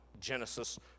Genesis